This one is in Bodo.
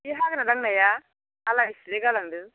बे हाग्रा दांनाया आलाइ सिलाय गालांदों